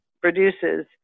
produces